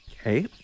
Okay